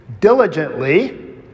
diligently